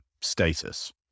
status